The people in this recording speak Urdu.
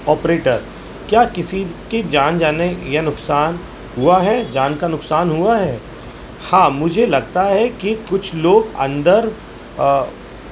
آپریٹر کیا کسی کے جان جانے یا نقصان ہوا ہے جان کا نقصان ہوا ہے ہاں مجھے لگتا ہے کہ کچھ لوگ اندر